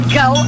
go